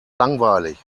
langweilig